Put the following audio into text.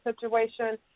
situation